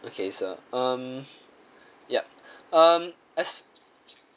okay sir um yup um as